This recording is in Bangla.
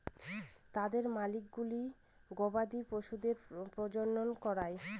তাদের মালিকগুলো গবাদি পশুদের প্রজনন করায়